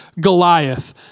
Goliath